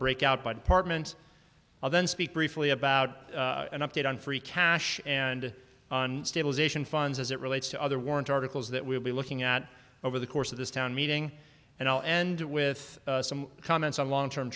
break out by department of then speak briefly about an update on free cash and stabilization funds as it relates to other warrant articles that we'll be looking at over the course of this town meeting and i'll end with some comments on long term